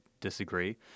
disagree